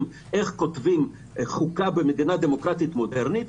איך כותבים חוקה במדינה דמוקרטית מודרנית,